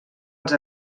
als